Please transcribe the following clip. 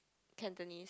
Cantonese